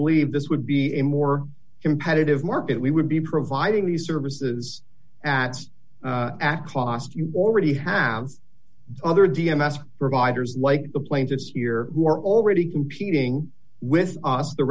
believe this would be a more competitive market we would be providing these services at cost you already have other g m s providers like the plaintiffs here who are already competing with us the